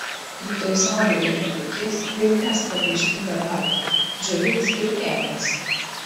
rytoj saulė vėl patekės ir tęs pragaištingą darbą džiovins ir kepins